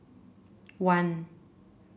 one